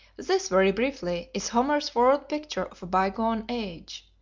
this, very briefly, is homer's world-picture of a bygone age,